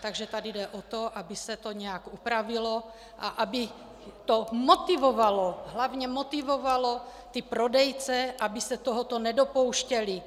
Takže tady jde o to, aby se to nějak upravilo a aby to motivovalo, hlavně motivovalo ty prodejce, aby se tohoto nedopouštěli.